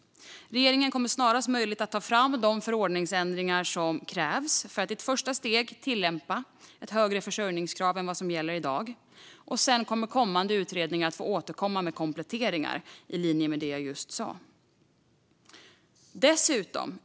Regeringen kommer snarast möjligt att ta fram de förordningsändringar som krävs för att i ett första steg tillämpa ett högre försörjningskrav än vad som gäller i dag. Sedan kommer utredningar att få återkomma med kompletteringar i linje med det jag just sa.